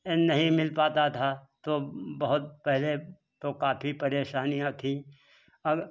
नहीं मिल पाता था तो बहुत पहले तो काफ़ी परेशानियाँ थी अब